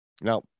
Now